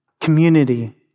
community